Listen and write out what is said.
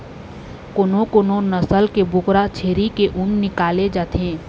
कोनो कोनो नसल के बोकरा छेरी के ऊन निकाले जाथे